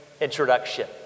introduction